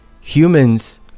humans